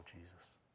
Jesus